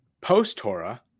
post-Torah